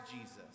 Jesus